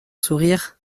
sourire